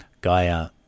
Gaia